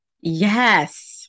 yes